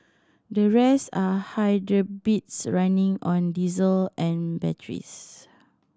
the rest are running on diesel and batteries